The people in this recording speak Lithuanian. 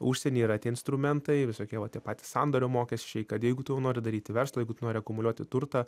užsieny yra tie instrumentai visokie va tie patys sandorio mokesčiai kad jeigu tu jau nori daryti verslą jeigu nori akumuliuoti turtą